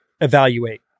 evaluate